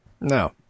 No